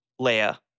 Leia